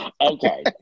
Okay